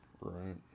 Right